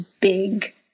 big